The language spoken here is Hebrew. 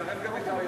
התש"ע 2009,